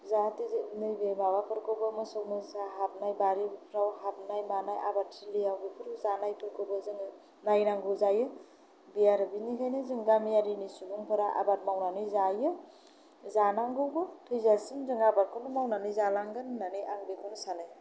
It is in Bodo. जाहाथे नैबे माबाफोरखौबो मोसौ मोसा हाबनाय बारिफ्राव हाबनाय मानाय आबाद थिलियाव बेफोर जानायफोरखौबो जोङो नायनांगौ जायो बे आरो बेनिखायनो जों गामियारिनि सुबुंफोरा आबाद मावनानै जायो जानांगौबो थैजासिम जों आबादखौनो मावनानै जालांगोन होननानै आं बेखौनो सानो